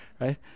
right